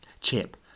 Chip